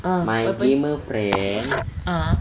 my gamer friend